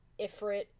Ifrit